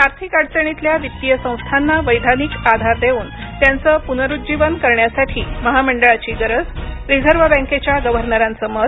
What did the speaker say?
आर्थिक अडचणीतल्या वित्तीय संस्थांना वैधानिक आधार देऊन त्यांचं पुरुज्जीवन करण्यासाठी महामंडळाची गरज रिझर्व बँकेच्या गव्हर्नरांचं मत